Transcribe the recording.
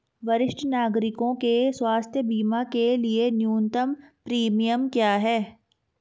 वरिष्ठ नागरिकों के स्वास्थ्य बीमा के लिए न्यूनतम प्रीमियम क्या है?